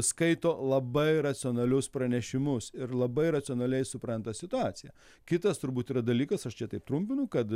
skaito labai racionalius pranešimus ir labai racionaliai supranta situaciją kitas turbūt yra dalykas aš čia taip trumpinu kad